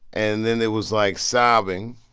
and then there was, like, sobbing.